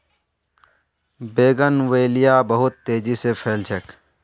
bougainvillea बहुत तेजी स फैल छेक